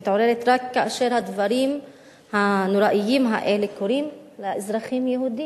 מתעוררת רק כאשר הדברים הנוראים האלה קורים לאזרחים יהודים.